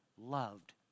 loved